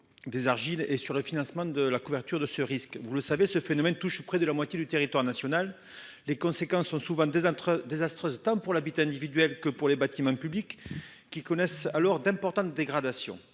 des argiles et sur le financement de la couverture de ce risque, vous le savez, ce phénomène touche près de la moitié du territoire national. Les conséquences sont souvent désastreux désastreuse timbre pour l'habitat individuel que pour les bâtiments publics qui connaissent alors d'importantes dégradations.